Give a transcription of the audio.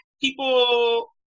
people